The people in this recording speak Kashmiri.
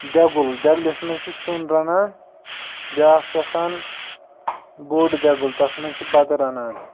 دیٚگُل دیٚگلِس منٛز چھِ سیُن رَنان بیاکھ چھِ آسان بوٚڑ دیٚگُل تَتھ منٛز چھِ بَتہٕ رَنان